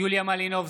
יוליה מלינובסקי,